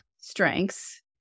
strengths